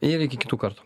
ir iki kitų kartų